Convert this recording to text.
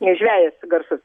žvejas garsus